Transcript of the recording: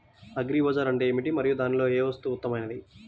Agri బజార్ అంటే ఏమిటి మరియు దానిలో ఏ వస్తువు ఉత్తమమైనది?